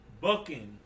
booking